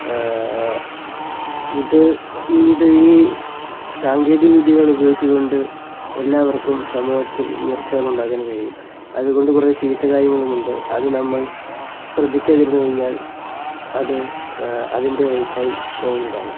ഇത് ഇത് ഈ സാങ്കേതിക വിദ്യകളുപയോഗിച്ചു കൊണ്ട് എല്ലാവർക്കും സമൂഹത്തിൽ ഉയർച്ചകളുണ്ടാകാൻ കഴിയും അതുകൊണ്ട് ചീത്ത കാര്യങ്ങളുമുണ്ട് അതു നമ്മൾ ശ്രദ്ധിക്കാതിരുന്നു കഴിഞ്ഞാൽ അത് അതിൻ്റെ വഴിക്കായി പോകുന്നതാണ്